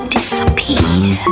disappear